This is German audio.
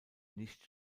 nicht